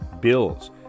Bills